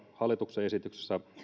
hallituksen esityksessä